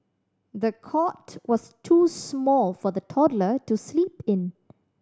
the cot was too small for the toddler to sleep in